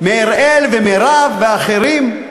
מה אראל, ומה מרב, ואחרים.